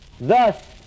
thus